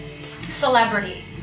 celebrity